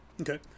Okay